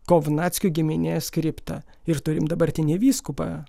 kovnackių giminės kriptą ir turim dabartinį vyskupą